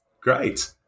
great